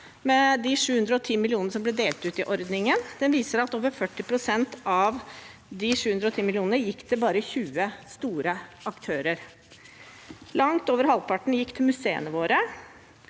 med de 710 mill. kr som ble delt ut i ordningen. Den viser at over 40 pst. av de 710 millionene gikk til bare 20 store aktører. Langt over halvparten gikk til museene våre,